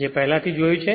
જે પહેલેથી જ જોયું છે